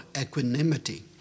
equanimity